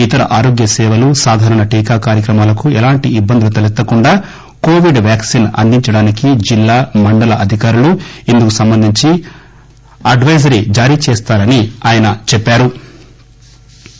ఇతర ఆరోగ్య సేవలు సాదారణ టీకా కార్యక్రమాలకు ఎలాంటి ఇబ్బందులు తలెత్తకుండా కోవిడ్ వాక్సిన్ అందించడానికి జిల్లా మండల అధికారులు ఇందుకు సంబంధించి అడ్వైజరింగ్ జారీచేస్తారని ఆయన చెప్పారు